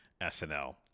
SNL